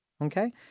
okay